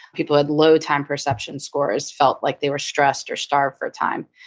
people had low time perception scores, felt like they were stressed or starved for time.